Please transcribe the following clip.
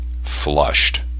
flushed